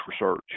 research